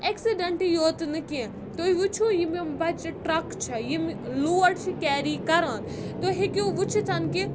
ایکسِڈؠنٛٹہٕ یوت نہٕ کینٛہہ تُہۍ وٕچھو یِم یِم بَچہِ ٹرٛک چھےٚ یِم لوڈ چھِ کیری کَران تُہۍ ہیٚکِو وٕچھِتھ کہِ